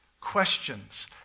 questions